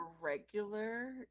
regular